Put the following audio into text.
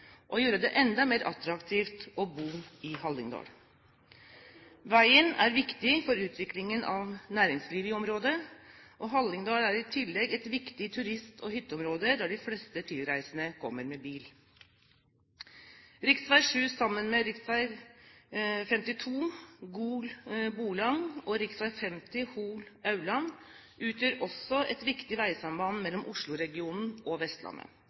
gjøre det enda mer attraktivt å bo i Hallingdal. Veien er viktig for utviklingen av næringslivet i området, og Hallingdal er i tillegg et viktig turist- og hytteområde der de fleste tilreisende kommer med bil. Rv. 7 sammen med rv. 52 Gol–Borlaug og rv. 50 Hol–Aurland utgjør også et viktig veisamband mellom Oslo-regionen og Vestlandet.